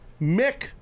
Mick